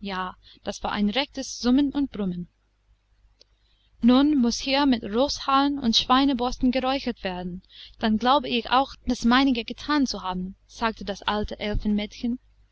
ja das war ein rechtes summen und brummen nun muß hier mit roßhaaren und schweineborsten geräuchert werden dann glaube ich auch das meinige gethan zu haben sagte das alte